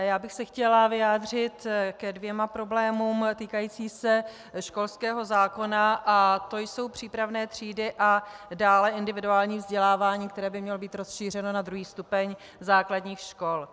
Já bych se chtěla vyjádřit ke dvěma problémům týkajícím se školského zákona a to jsou přípravné třídy a dále individuální vzdělávání, které by mělo být rozšířeno na druhý stupeň základních škol.